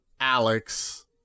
Alex